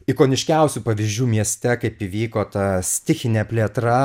ikoniškiausių pavyzdžių mieste kaip įvyko ta stichinė plėtra